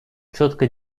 четко